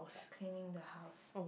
cleaning the house